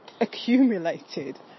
accumulated